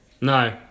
No